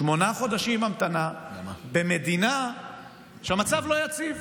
שמונה חודשים המתנה במדינה שהמצב בה לא יציב.